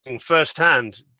firsthand